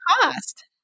cost